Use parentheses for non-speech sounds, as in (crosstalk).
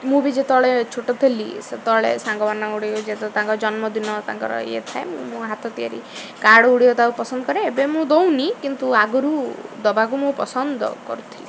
ମୁଁ ବି ଯେତେବେଳେ ଛୋଟ ଥିଲି ସେତେବେଳେ ସାଙ୍ଗମାନଙ୍କ (unintelligible) ତାଙ୍କ ଜନ୍ମଦିନ ତାଙ୍କର ଇଏ ଥାଏ ମୁଁ ମୋ ହାତ ତିଆରି କାର୍ଡ଼ ଗୁଡ଼ିକ ତାକୁ ପସନ୍ଦ କରେ ଏବେ ମୁଁ ଦଉନି କିନ୍ତୁ ଆଗରୁ ଦବାକୁ ମୁଁ ପସନ୍ଦ କରୁଥିଲି